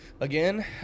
Again